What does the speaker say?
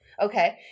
Okay